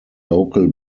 local